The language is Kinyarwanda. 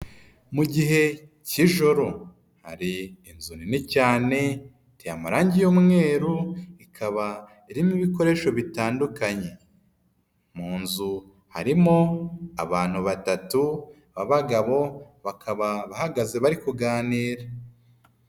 Mu gihe cy'ijoro, hari inzu nini cyane, iteye amarangi y'umweru, ikaba irimo ibikoresho bitandukanye, mu nzu harimo abantu batatu, babagabo bakaba bahagaze bari kuganira.